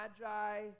magi